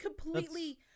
completely